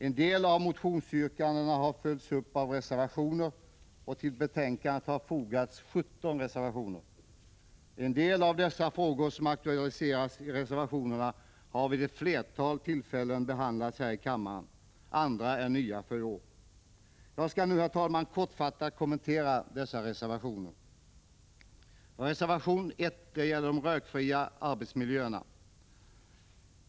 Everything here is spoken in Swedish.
En del av motionsyrkandena har följts upp i reservationer — till betänkandet har fogats 17 reservationer. Vissa av de frågor som aktualiseras i reservationerna har vid ett flertal tillfällen behandlats här i kammaren, andra är nya för i år. Jag skall nu, herr talman, kortfattat kommentera reservationerna. Reservation 1 gäller rökfria arbetsmiljöer.